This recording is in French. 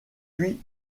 puis